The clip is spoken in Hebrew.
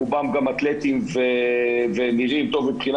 רובם גם אתלטים ונראים טוב מבחינה